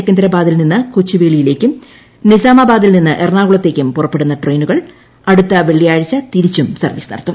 സെക്കന്ദരാബാദിൽ നിന്ന് ഞായറാഴ്ച കൊച്ചുവേളിയിലേക്കും നിസാമബാദിൽ നിന്ന് എറണാകുളത്തേക്കും പുറപ്പെടുന്ന ട്രെയിനുകൾ അടുത്ത വെള്ളിയാഴ്ച്ച തിരിച്ചും സർവീസ് നടത്തും